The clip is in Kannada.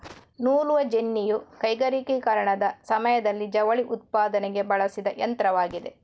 ನೂಲುವ ಜೆನ್ನಿಯು ಕೈಗಾರಿಕೀಕರಣದ ಸಮಯದಲ್ಲಿ ಜವಳಿ ಉತ್ಪಾದನೆಗೆ ಬಳಸಿದ ಯಂತ್ರವಾಗಿದೆ